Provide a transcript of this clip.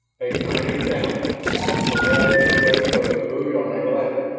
a tiny sound perhaps the scrape of a boot on a ladder.